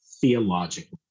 theologically